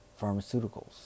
pharmaceuticals